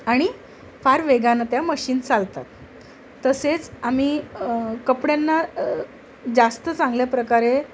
आणि फार वेगानं त्या मशीन चालतात तसेच आम्ही कपड्यांना जास्त चांगल्या प्रकारे